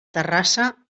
terrassa